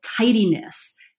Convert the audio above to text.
tidiness